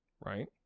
Right